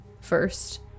first